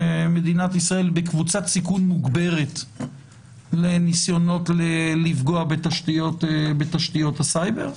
שמדינת ישראל בקבוצת סיכון מוגברת לניסיונות לפגוע בתשתיות הסייבר.